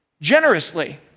generously